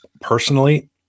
personally